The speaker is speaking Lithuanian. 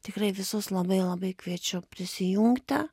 tikrai visus labai labai kviečiu prisijungti